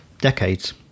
decades